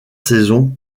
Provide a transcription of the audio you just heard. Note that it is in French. saison